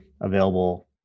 available